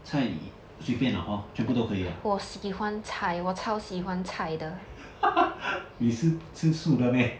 菜你随便啦 hor 全部都可以啊 你是吃素的 meh